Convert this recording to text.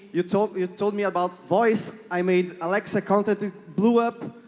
you told you told me about voice i made alexa contacted, blew up.